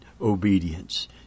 obedience